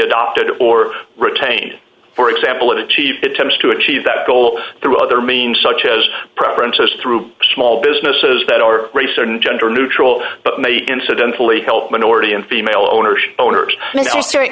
adopted or retained for example of the chief attempts to achieve that goal through other means such as preferences through small businesses that are race or gender neutral but may incidentally help minority and female owners owners